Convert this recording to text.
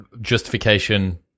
justification